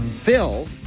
Phil